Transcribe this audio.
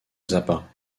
zappa